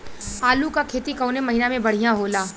आलू क खेती कवने महीना में बढ़ियां होला?